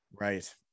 Right